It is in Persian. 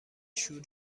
شور